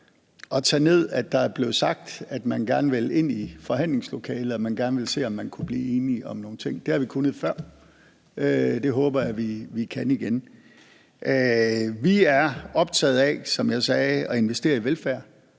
at tage det ned, at der er blevet sagt, at man gerne ville ind i forhandlingslokalet, og at man gerne ville se, om man kunne blive enige om nogle ting. Det har vi kunnet før, og det håber jeg at vi kan igen. Vi er optaget af, som jeg sagde, at investere i velfærd.